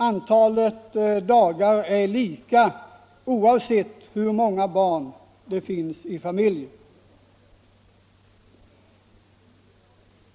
Antalet dagar är detsamma, oavsett hur många barn det finns i familjen.